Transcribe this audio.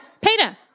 Peter